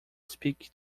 speak